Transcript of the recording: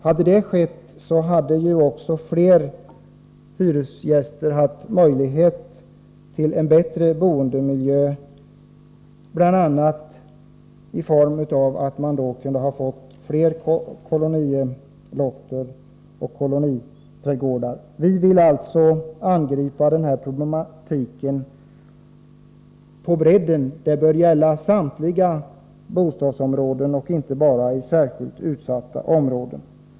Hade det skett hade också fler hyresgäster haft möjlighet till en bättre boendemiljö; bl.a. kunde man ha anlagt fler odlingslotter och koloniträdgårdar. Vi vill alltså angripa denna problematik på bredden. Lösningen bör gälla samtliga bostadsområden och inte bara särskilt utsatta områden.